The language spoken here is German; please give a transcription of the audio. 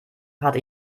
hatte